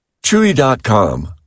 Chewy.com